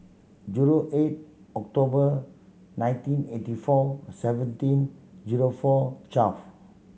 zero eight October nineteen eighty four seventeen zero four twelve